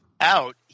out